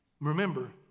Remember